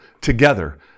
together